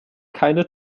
keine